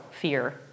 fear